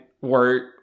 work